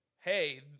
hey